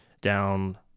down